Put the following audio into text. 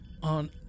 On